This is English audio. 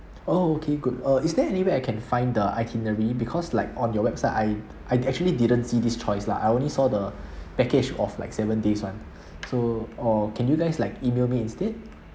oh okay good uh is there any way I can find the itinerary because like on your website I I actually didn't see this choice lah I only saw the package of like seven days one so or can you guys like email me instead